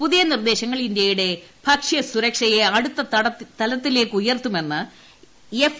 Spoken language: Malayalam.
പുതിയ നിർദ്ദേശങ്ങൾ ഇന്ത്യയുടെ ഭക്ഷ്യ സുരക്ഷയെ അടുത്ത തലത്തിലേക്ക് ഉയർത്തുമെന്ന് എഫ്